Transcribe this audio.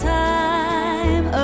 time